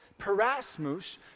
Parasmus